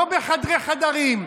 לא בחדרי-חדרים,